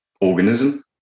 organism